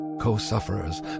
co-sufferers